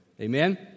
Amen